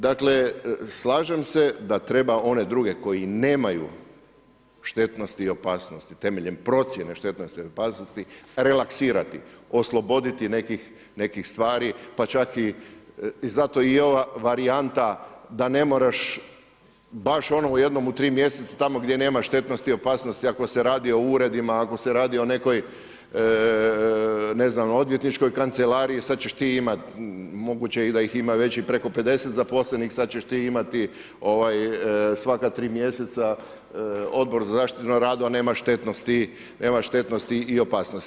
Dakle, slažem se da treba one druge koji nemaju štetnosti i opasnosti temeljem procjene štetnosti i opasnosti relaksirati, osloboditi nekih stvari pa čak i zato i je ova varijanta da ne moraš baš ono jednom u tri mjeseca tamo gdje nema štetnosti i opasnosti ako se radi o uredima, ako se radi o nekoj odvjetničkoj kancelariji, sad ćeš ti imati moguće da ih ima već i preko 50 zaposlenih, sad ćeš ti imati svaka tri mjeseca odbor za zaštitu na radu, a nema štetnosti i opasnosti.